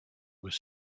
was